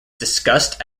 discussed